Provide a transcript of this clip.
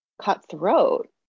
cutthroat